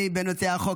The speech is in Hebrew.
אני בין מציעי החוק,